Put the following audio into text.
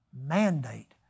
mandate